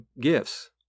gifts